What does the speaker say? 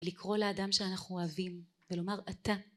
לקרוא לאדם שאנחנו אוהבים ולומר אתה